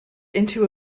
into